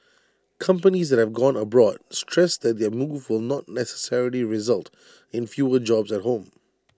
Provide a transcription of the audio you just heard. companies that have gone abroad stressed that their move will not necessarily result in fewer jobs at home